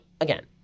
again